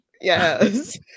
Yes